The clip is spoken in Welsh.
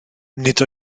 nid